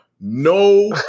No